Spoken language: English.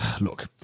look